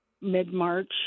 mid-March